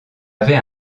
avait